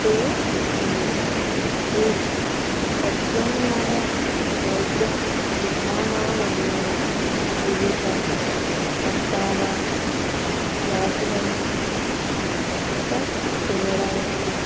ఉపయోగిస్తుంది ఈ ప్రత్యామ్నాయ వైద్య విధానాలు అన్నీ వివిధ రకాల వ్యాధులను చికిత్స చేయడానికి